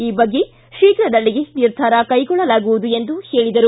ಈ ಬಗ್ಗೆ ಶೀಘ್ರದಲ್ಲಿಯೇ ನಿರ್ಧಾರ ಕೈಗೊಳ್ಳಲಾಗುವುದು ಎಂದು ಹೇಳಿದರು